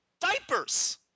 diapers